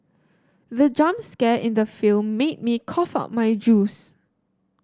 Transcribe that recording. the jump scare in the film made me cough out my juice